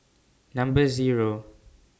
Number Zero